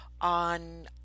on